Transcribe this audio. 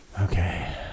Okay